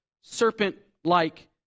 serpent-like